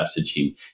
messaging